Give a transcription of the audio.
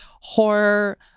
horror